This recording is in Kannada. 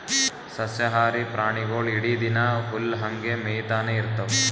ಸಸ್ಯಾಹಾರಿ ಪ್ರಾಣಿಗೊಳ್ ಇಡೀ ದಿನಾ ಹುಲ್ಲ್ ಹಂಗೆ ಮೇಯ್ತಾನೆ ಇರ್ತವ್